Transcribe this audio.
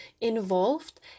involved